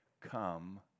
Come